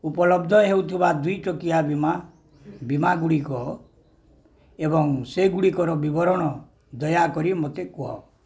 ଉପଲବ୍ଧ ହେଉଥିବା ଦୁଇ ଚକିଆ ବୀମା ବୀମା ଗୁଡ଼ିକ ଏବଂ ସେଗୁଡ଼ିକର ବିବରଣୀ ଦୟାକରି ମୋତେ କୁହ